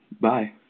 Bye